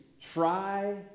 try